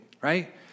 Right